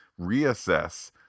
reassess